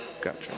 Gotcha